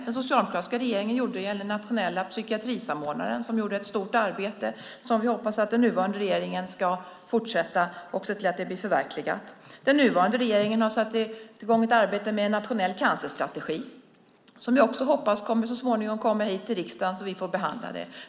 Den socialdemokratiska regeringen gjorde det när det gällde nationella psykiatrisamordnaren, som gjorde ett stort arbete som vi hoppas att den nuvarande regeringen ska fortsätta med och se till att det blir förverkligat. Den nuvarande regeringen har satt i gång ett arbete med en nationell cancerstrategi, och jag hoppas att frågan så småningom kommer upp i riksdagen så att vi kan behandla den.